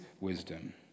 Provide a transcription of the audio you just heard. wisdom